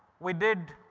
we did,